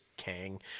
Kang